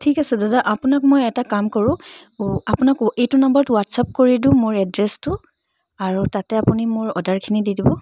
ঠিক আছে দাদা আপোনাক মই এটা কাম কৰোঁ আপোনাক এইটো নাম্বাৰত হোৱাটছ্আপ কৰি দিওঁ মোৰ এড্ৰেছটো আৰু তাতে আপুনি মোৰ অৰ্ডাৰখিনি দি দিব